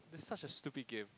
it's such a stupid game